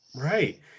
right